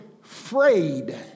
frayed